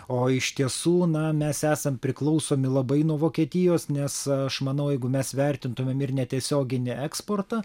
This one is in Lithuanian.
o iš tiesų na mes esam priklausomi labai nuo vokietijos nes aš manau jeigu mes vertintumėm ir netiesioginį eksportą